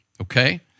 okay